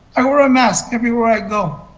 i wear a mask everywhere i go.